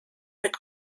mit